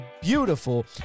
beautiful